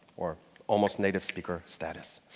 or almost-native-speaker status.